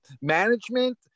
management